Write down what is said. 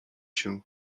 się